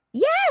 Yes